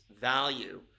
value